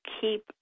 keep